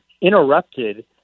interrupted